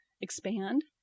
expand